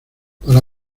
para